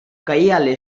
caíale